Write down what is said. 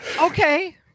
okay